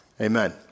Amen